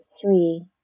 three